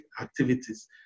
activities